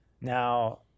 Now